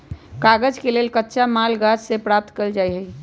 कागज के लेल कच्चा माल गाछ से प्राप्त कएल जाइ छइ